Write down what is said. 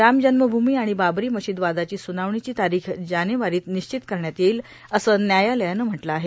राम जन्मभूमी आणि बाबरी मशीद वादाची सुनावणीची तारीख जानेवरीत निश्चित करण्यात येईल असं न्यायालयानं म्हटलं आहे